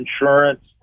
insurance